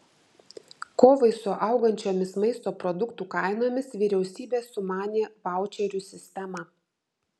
kovai su augančiomis maisto produktų kainomis vyriausybė sumanė vaučerių sistemą